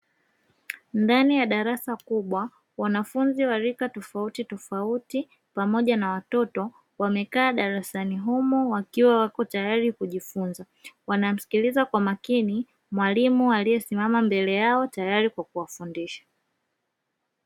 Ndani ya darasa kubwa, wanafunzi wa rika tofautitofauti pamoja na watoto wamekaa darasani humo wakiwa wako tayari kujifunza, wanamsikiliza kwa makini mwalimu aliyesimama mbele yao, tayari kwa kuwafundisha.